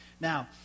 Now